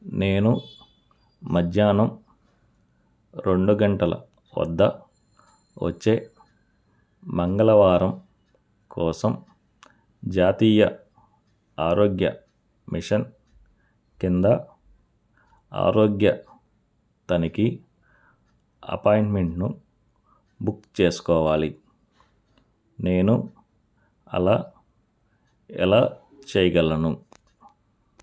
నేను మధ్యాహ్నం రెండు గంటల వద్ద వచ్చే మంగళవారం కోసం జాతీయ ఆరోగ్య మిషన్ కింద ఆరోగ్య తనిఖీ అపాయింట్మెంట్ను బుక్ చేసుకోవాలి నేను అలా ఎలా చేయగలను